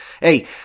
hey